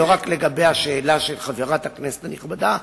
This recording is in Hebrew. לא רק לגבי השאלה של חברת הכנסת הנכבדה,